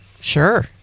Sure